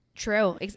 True